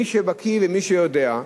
מי שבקי ומי שיודע,